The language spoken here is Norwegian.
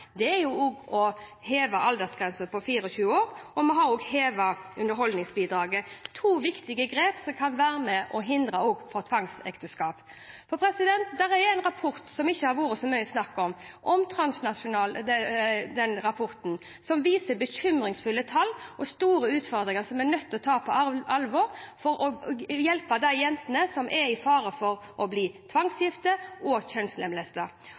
å heve aldersgrensen til 24 år. Vi har også hevet underholdsbidraget – to viktige grep som kan være med å hindre tvangsekteskap. En rapport – «Transnasjonal oppvekst »– som det ikke har vært så mye snakk om – viser bekymringsfulle tall og store utfordringer som vi er nødt til å ta på alvor, for å hjelpe de jentene som står i fare for å bli tvangsgiftet og